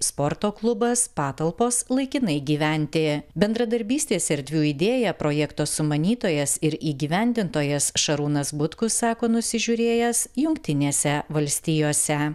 sporto klubas patalpos laikinai gyventi bendradarbystės erdvių idėją projekto sumanytojas ir įgyvendintojas šarūnas butkus sako nusižiūrėjęs jungtinėse valstijose